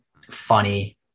funny